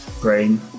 brain